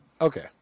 Okay